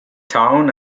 town